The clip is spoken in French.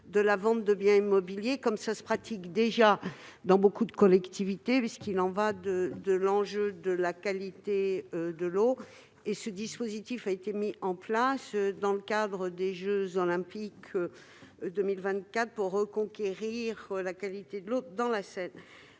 de la vente de biens immobiliers, comme cela se pratique déjà dans beaucoup de collectivités : il y va de de la qualité de l'eau. Ce dispositif a été mis en place dans le cadre des jeux Olympiques de 2024 pour reconquérir la qualité de l'eau dans la Seine.